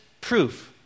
proof